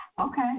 Okay